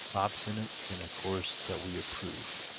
obstinate in a course that we approve.